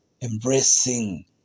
embracing